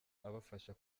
abafasha